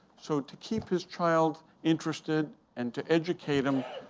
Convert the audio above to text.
so to keep his child interested and to educate him,